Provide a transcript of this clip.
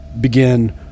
begin